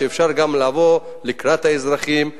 ואפשר גם לבוא לקראת האזרחים,